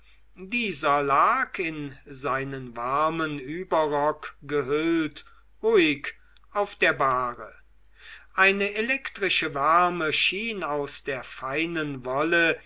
dieser lag in seinen warmen überrock gehüllt ruhig auf der bahre eine elektrische wärme schien aus der feinen wolle